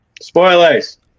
Spoilers